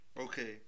Okay